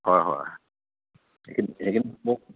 হয় হয় সেইখিনি সেইখিনি মোক